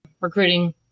recruiting